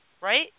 Right